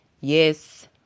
yes